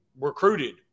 recruited